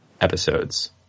episodes